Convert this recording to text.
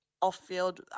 off-field